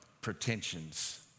pretensions